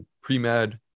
pre-med